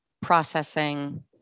processing